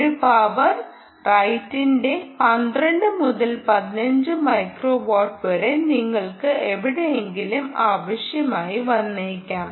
ഒരു പവർ റൈറ്റിന്റെ 12 മുതൽ 15 മൈക്രോ വാട്ട് വരെ നിങ്ങൾക്ക് എവിടെയും ആവശ്യമായി വന്നേക്കാം